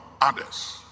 others